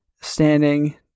standing